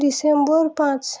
December ପାଞ୍ଚ